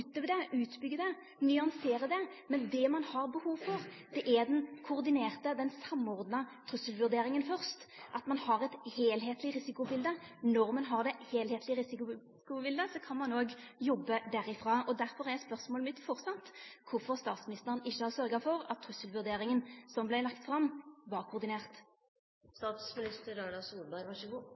det, nyanserer det. Men det ein har behov for, er fyrst den koordinerte, samordna trusselvurderinga, at ein har eit heilskapleg risikobilde. Når ein har det heilskaplege risikobildet, kan ein òg jobba derifrå. Derfor er spørsmålet mitt framleis: Kvifor har ikkje statsministeren sørgt for at trusselvurderinga som vart lagd fram,